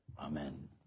Amen